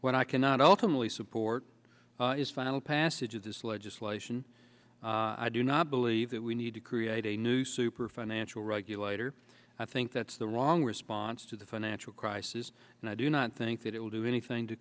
when i cannot ultimately support his final passage of this legislation i do not believe that we need to create a new super financial regulator i think that's the wrong response to the financial crisis and i do not think that it will do anything to